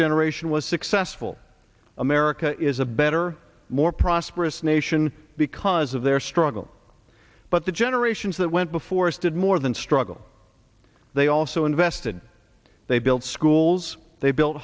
generation was successful america is a better more prosperous nation because of their struggle but to generate that went before us did more than struggle they also invested they built schools they built